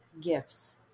gifts